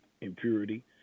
impurity